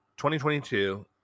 2022